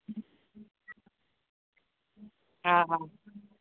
हा हा